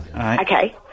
Okay